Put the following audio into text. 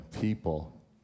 People